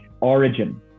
origin